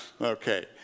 okay